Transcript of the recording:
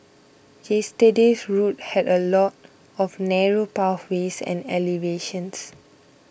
yesterday's route had a lot of narrow pathways and elevations